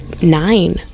nine